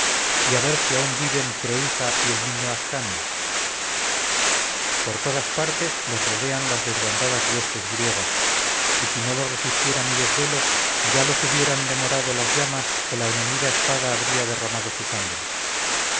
y a ver si aún viven creúsa y el niño ascanio por todas partes los rodean las desbandadas huestes griegas y si no lo resistiera mi desvelo ya los hubiera demorado las llamas o la enemiga espada habría derramado su sangre